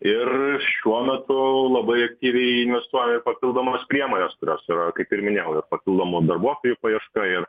ir šiuo metu labai aktyviai investuojam į papildomas priemones kurios yra kaip ir minėjau ir papildomų darbuotojų paieška ir